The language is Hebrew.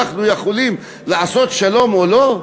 אנחנו יכולים לעשות שלום או לא?